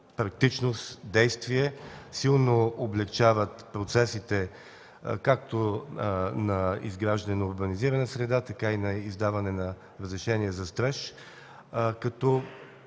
практичност, действеност, силно облекчават процесите както при изграждането на урбанизираната среда, така и издаването на разрешение за строеж.